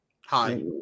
Hi